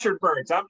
birds